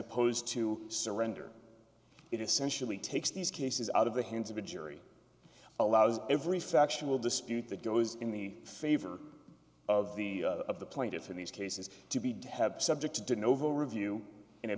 opposed to surrender it essentially takes these cases out of the hands of a jury allows every factual dispute that goes in the favor of the of the plaintiff in these cases to be did have subject to do novo review in a